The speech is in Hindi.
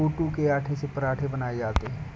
कूटू के आटे से पराठे बनाये जाते है